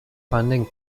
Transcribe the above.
funding